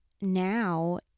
now